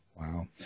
wow